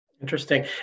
Interesting